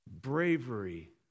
bravery